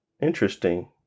Interesting